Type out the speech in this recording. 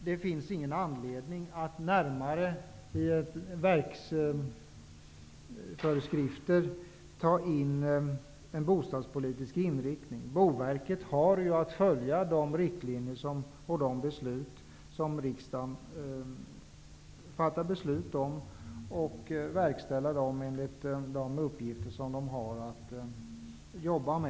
Det finns ingen anledning att i verkets föreskrifter ta med inriktningen av bostadspolitiken. Boverket har ju att följa de riktlinjer som riksdagen fattar beslut om.